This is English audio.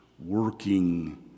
working